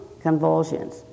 convulsions